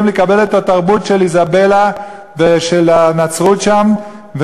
לקבל את התרבות של איזבלה ושל הנצרות שם,